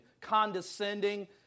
condescending